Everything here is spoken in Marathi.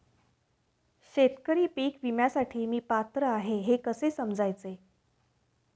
शेतकरी पीक विम्यासाठी मी पात्र आहे हे कसे समजायचे?